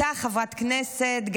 אותה חברת כנסת,